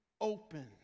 open